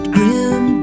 Grim